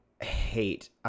hate